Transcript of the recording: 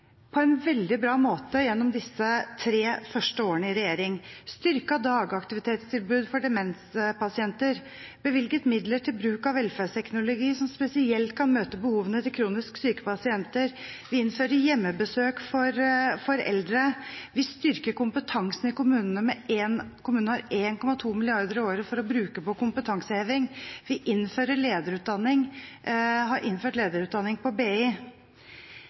på en veldig bra måte gjennom disse tre første årene i regjering – styrket dagaktivitetstilbud til demenspasienter, bevilget midler til bruk av velferdsteknologi, som spesielt kan møte behovene til kronisk syke pasienter. Vi innfører hjemmebesøk for eldre. Vi styrker kompetansen i kommunene, kommunene har 1,2 mrd. kr i året å bruke på kompetanseheving. Vi har innført lederutdanning på BI.